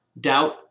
doubt